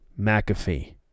McAfee